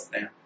now